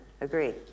agree